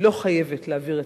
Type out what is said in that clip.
למה הממשלה מבקשת להעביר?